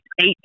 eight